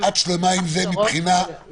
הכשרות --- את שלמה עם זה מבחינה --- רגע,